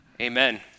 Amen